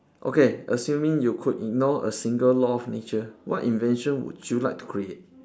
okay assuming you could ignore a single law of nature what invention would you like to create